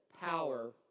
Power